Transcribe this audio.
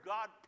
God